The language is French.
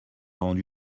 rendu